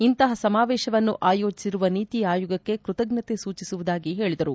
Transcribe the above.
ಇಂತಹ ಸಮಾವೇಶವನ್ನು ಆಯೋಜಿಸಿರುವ ನೀತಿ ಆಯೋಗಕ್ಕೆ ಕೃತಜ್ಞತೆ ಸೂಚಿಸುವುದಾಗಿ ಹೇಳಿದರು